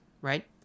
right